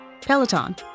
Peloton